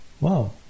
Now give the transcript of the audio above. Wow